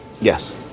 Yes